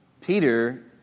Peter